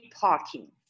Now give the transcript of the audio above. parking